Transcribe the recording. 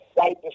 right